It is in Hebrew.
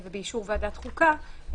באישור ועדת החוקה,